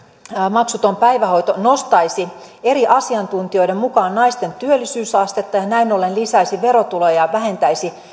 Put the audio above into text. maksuton päivähoito nostaisi eri asiantuntijoiden mukaan naisten työllisyysastetta ja näin ollen lisäisi verotuloja ja vähentäisi